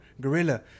gorilla